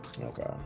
Okay